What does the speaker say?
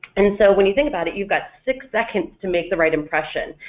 and so when you think about it you've got six seconds to make the right impression,